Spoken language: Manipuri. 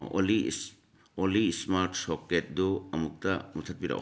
ꯑꯣꯂꯤ ꯏꯁꯃꯥꯔꯠ ꯁꯣꯀꯦꯠꯗꯨ ꯑꯃꯨꯛꯇ ꯃꯨꯠꯊꯠꯄꯤꯔꯛꯎ